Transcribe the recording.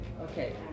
Okay